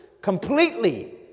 completely